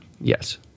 Yes